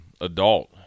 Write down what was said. adult